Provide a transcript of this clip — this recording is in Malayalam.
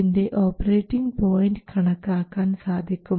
ഇതിൻറെ ഓപ്പറേറ്റിങ് പോയിൻറ് കണക്കാക്കാൻ സാധിക്കും